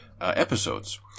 episodes